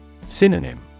Synonym